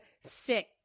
sick